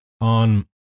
on